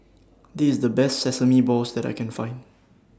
This IS The Best Sesame Balls that I Can Find